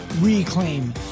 reclaim